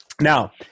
Now